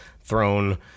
thrown